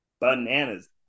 bananas